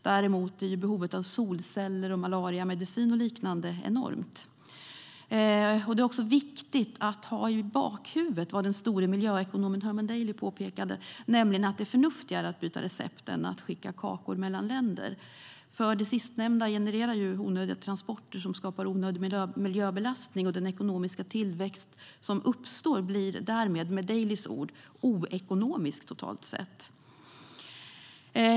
Däremot är behovet av solceller, malariamedicin och liknande enormt. Det är viktigt att ha i bakhuvudet vad den store miljöekonomen Herman Daly påpekade, nämligen att det är förnuftigare att byta recept än att skicka kakor mellan länder. Det sistnämnda genererar onödiga transporter som skapar onödig miljöbelastning, och den ekonomiska tillväxt som uppstår blir därmed, med Dalys ord, oekonomisk totalt sett.